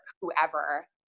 whoever